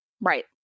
Right